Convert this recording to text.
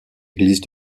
église